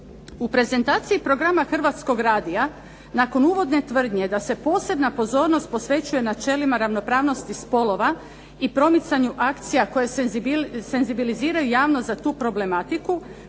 U prezentaciji programa Hrvatskog radija nakon uvodne tvrdnje da se posebna pozornost posvećuje načelima ravnopravnosti spolova i promicanju akcija koje senzibiliziraju javnost za tu problematiku